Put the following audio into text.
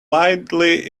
wildly